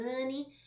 money